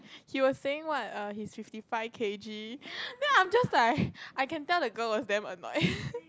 he was saying what err he is fifty five K_G then I'm just like I can tell the girl was damn annoyed